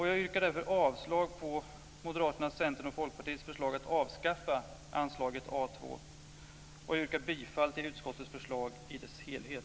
Jag yrkar därför avslag på Moderaternas, Centerns och Folkpartiets förslag att avskaffa anslaget A2 och yrkar bifall till utskottets förslag i dess helhet.